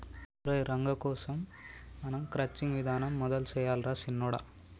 ఒరై రంగ కోసం మనం క్రచ్చింగ్ విధానం మొదలు సెయ్యాలి రా సిన్నొడా